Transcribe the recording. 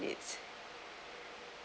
minutes